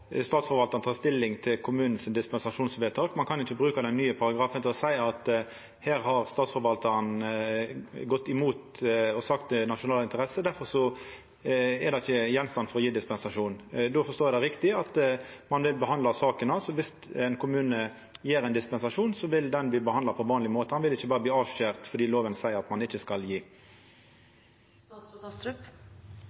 Statsforvaltaren ta stilling til dispensasjonsvedtaket til kommunen. Ein kan ikkje bruka den nye paragrafen til å seia at her har Statsforvaltaren gått imot og sagt det er nasjonale interesser, og difor er det ikkje grunn for å gje dispensasjon. Då forstår eg det riktig – at ein vil behandla saka. Om ein kommune gjev ein dispensasjon, vil han bli behandla på vanleg måte. Han vil ikkje berre bli avskoren fordi loven seier at ein ikkje skal.